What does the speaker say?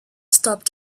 stopped